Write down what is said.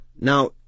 now